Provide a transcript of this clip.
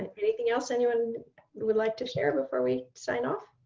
and anything else anyone would like to share before we sign off?